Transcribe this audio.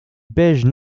beige